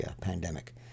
pandemic